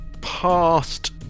past